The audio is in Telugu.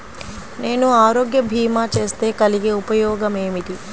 నేను ఆరోగ్య భీమా చేస్తే కలిగే ఉపయోగమేమిటీ?